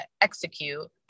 execute